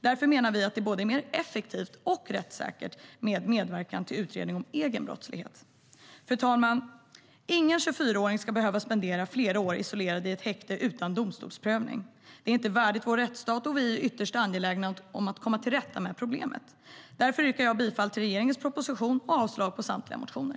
Därför menar vi att det är både mer effektivt och mer rättssäkert med medverkan till utredning om egen brottslighet. Fru talman! Ingen 24-åring ska behöva tillbringa flera år isolerad i ett häkte utan domstolsprövning. Det är inte värdigt vår rättsstat, och vi är ytterst angelägna om att komma till rätta med problemet. Därför yrkar jag bifall till regeringens proposition och avslag på samtliga motioner.